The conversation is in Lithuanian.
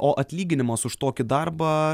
o atlyginimas už tokį darbą